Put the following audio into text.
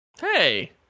Hey